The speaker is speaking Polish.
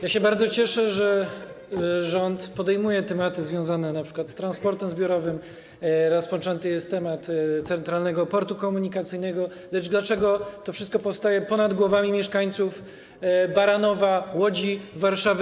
Ja się bardzo cieszę, że rząd podejmuje tematy związane np. z transportem zbiorowym, rozpoczęty jest temat Centralnego Portu Komunikacyjnego, lecz dlaczego to wszystko powstaje ponad głowami mieszkańców Baranowa, Łodzi, Warszawy?